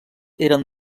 eren